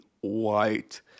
white